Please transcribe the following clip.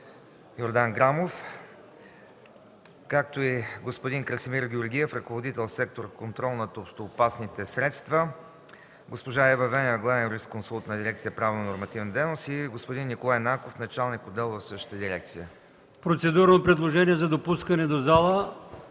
Процедурно предложение за допуск до залата.